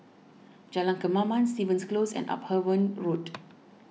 Jalan Kemaman Stevens Close and Upavon Road